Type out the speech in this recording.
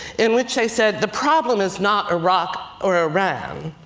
in which they said, the problem is not iraq or iran,